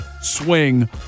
swing